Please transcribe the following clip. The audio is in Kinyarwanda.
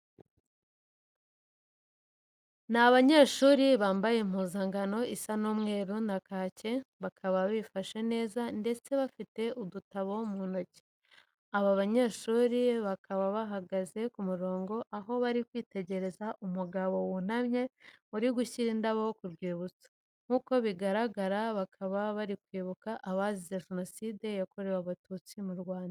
Ni abanyeshuri bambaye impuzankano isa umweru na kake, bakaba bifashe neza ndetse bafite udutabo mu ntoki. Aba banyeshuri bakaba bahagaze ku murongo aho bari kwitegereza umugabo wunamye uri gushyira indabo ku rwibutso. Nkuko bigaragara bakaba bari kwibuka abazize Jenoside yakorewe Abatutsi mu Rwanda.